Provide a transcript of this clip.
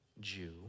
Jew